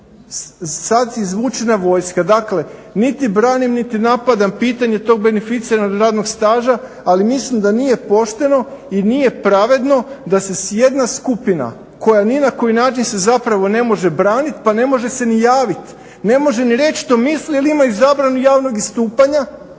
sad je izvučena vojska. Dakle, niti branim niti napadam pitanje tog beneficirano radnog staža, ali mislim da nije pošteno i nije pravedno da se jedna skupina koja ni na koji način se zapravo ne može braniti, pa ne može se ni javit, ne može ni reć što misli jer ima i zabranu javnog istupanja,